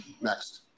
Next